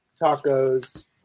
tacos